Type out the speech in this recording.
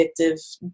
addictive